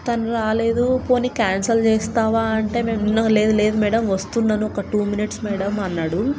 తను రాలేదు పోనీ క్యాన్సల్ చేస్తావా అంటే మేము లేదు లేదు మేడమ్ వస్తున్నాను ఒక టూ మినిట్స్ మేడమ్ అన్నాడు